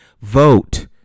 vote